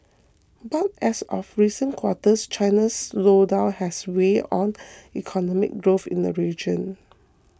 but as of recent quarters China's slowdown has weighed on economic growth in the region